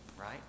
Right